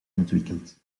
ontwikkeld